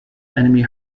enemy